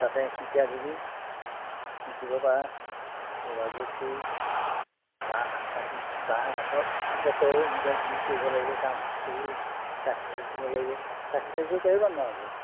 তাতে শিকা যদি শিকিব পাৰা যোগাযোগ কৰি বাঁহ কাঠি বাঁহ কাঠক বেতৰ এনেকুৱাখিনি কৰিব লাগিব কাম কৰি কাঠি চাঁচিব লাগিব কাঠি চাঁচিব পাৰিবানে নোৱাৰা আকৌ